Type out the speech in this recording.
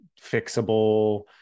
fixable